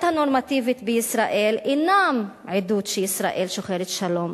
הנורמטיבית בישראל אינן עדות שישראל שוחרת שלום,